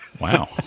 Wow